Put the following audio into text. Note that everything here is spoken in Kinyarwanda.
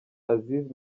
aziz